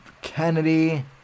Kennedy